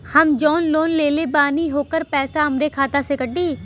हम जवन लोन लेले बानी होकर पैसा हमरे खाते से कटी?